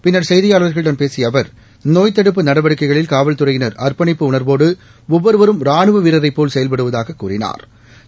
பின்னா் செய்தியாளா்களிடம் பேசிய அவா் நோய் தடுப்பு நடவடிக்கைகளில் காவல்துறையினா் அா்ப்பணிப்பு உணா்வோடு ஒவ்வொரு வரும் ராணுவ வீரரைப்போல் செயல்படுவதாகக் கூறினாா்